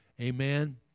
Amen